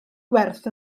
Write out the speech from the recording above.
gwerth